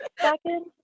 second